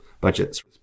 budgets